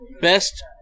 Best